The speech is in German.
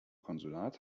konsulat